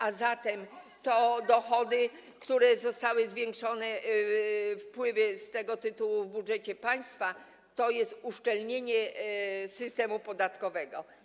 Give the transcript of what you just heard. A zatem jeżeli chodzi o dochody, które zostały zwiększone, wpływy z tego tytułu w budżecie państwa, to jest to uszczelnienie systemu podatkowego.